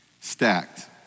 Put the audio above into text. stacked